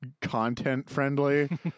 content-friendly